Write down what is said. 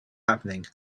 happening